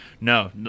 No